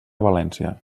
valència